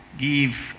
give